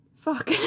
fuck